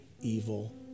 evil